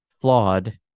flawed